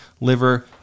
liver